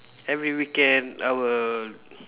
every weekend I will